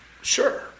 sure